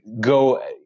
go